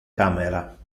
camera